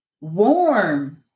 warm